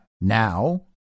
now